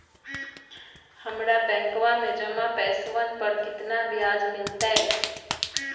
हम्मरा बैंकवा में जमा पैसवन पर कितना ब्याज मिलतय?